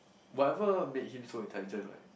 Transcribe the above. whatever made him so intelligent right